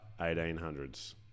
1800s